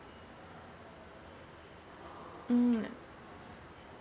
mm